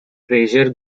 frazier